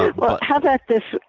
well, how about this?